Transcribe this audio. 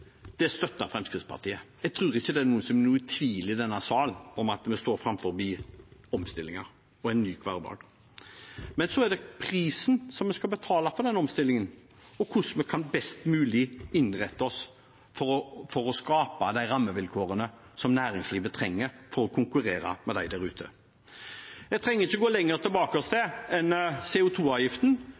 Jeg tror ikke det er noen i denne salen som er i tvil om at vi står overfor omstillinger og en ny hverdag. Men så er det prisen vi skal betale for den omstillingen, og hvordan vi best mulig kan innrette oss for å skape de rammevilkårene som næringslivet trenger for å konkurrere med dem der ute. Man trenger ikke gå lenger enn til CO 2 -avgiften, som vi skulle ta tilbake og gi til